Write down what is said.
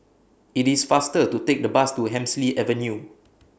IT IS faster to Take The Bus to Hemsley Avenue